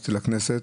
נכנסתי לכנסת,